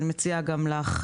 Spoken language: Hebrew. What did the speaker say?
ואני מציעה גם לך,